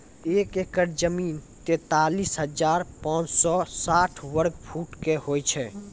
एक एकड़ जमीन, तैंतालीस हजार पांच सौ साठ वर्ग फुटो के होय छै